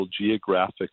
geographic